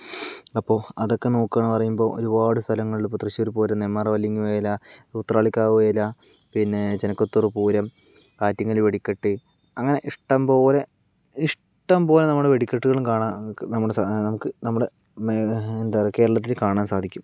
അപ്പോൾ അതൊക്കെ നോക്കുകയാണെന്ന് പറയുമ്പോൾ ഒരുപാട് സ്ഥലങ്ങളിൽ ഇപ്പോൾ തൃശൂർ പൂരം നെന്മാറ വല്ലങ്കി വേല ഉത്രാളിക്കാവ് വേല പിന്നെ ചെനക്കത്തൂർ പൂരം ആറ്റിങ്ങല് വെടിക്കെട്ട് അങ്ങനെ ഇഷ്ടം പോലെ ഇഷ്ടം പോലെ നമ്മുടെ വെടിക്കെട്ടുകളും കാണാം നമുക്ക് നമ്മുടെ സ് നമുക്ക് നമ്മുടെ എന്താ പറയുക കേരളത്തില് കാണാൻ സാധിക്കും